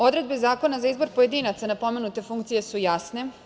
Odredbe Zakona za izbor pojedinaca na pomenute funkcije su jasne.